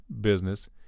business